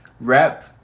Rep